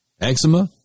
eczema